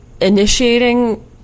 initiating